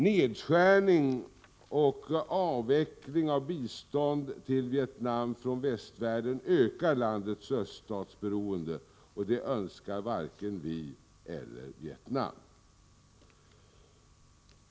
Nedskärning och avveckling av bistånd till Vietnam från västvärlden ökar landets öststatsberoende, och det önskar varken vi eller Vietnam.